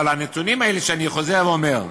אבל הנתונים האלה, ואני חוזר ואומר: